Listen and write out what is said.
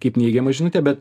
kaip neigiama žinutė bet